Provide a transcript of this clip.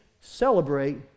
celebrate